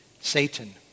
Satan